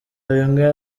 bimwe